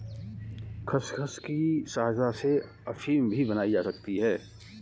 खसखस की सहायता से अफीम भी बनाई जा सकती है